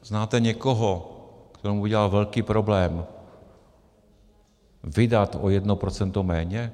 Znáte někoho, komu by dělalo velký problém vydat o jedno procento méně?